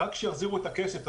רק שיחזירו את הכסף,